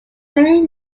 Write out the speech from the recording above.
many